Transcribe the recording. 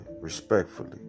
respectfully